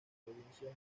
provincias